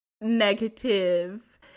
negative